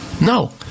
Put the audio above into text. No